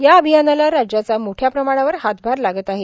या अभियानाला राज्याचा मोठ्या प्रमाणावर हातभार लागत आहे